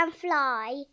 fly